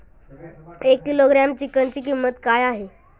एक किलोग्रॅम चिकनची किंमत काय आहे?